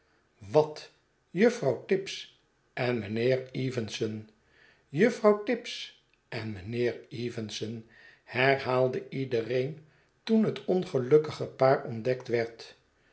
wat juffrouw tibbs en mijnheer evenson juffrouw tibbs en mijnheer evenson herhaalde iedereen toen het ongelukkige paar ontdekt werd